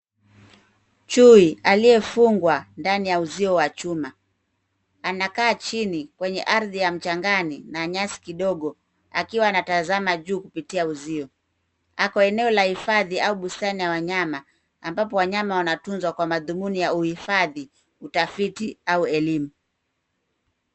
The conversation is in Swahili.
Chui aliye fungwa ndani ya uzio wa chuma anakaa chini kwenye ardhi ya mchangani na nyasi kidogo akiwa ana tazama juu kupitia uzio. Ako eneo la hifadhi au bustani la wanyama ambapo wanyama wana tunzwa kwa madhumini uhifadhi, utafiti au elimu.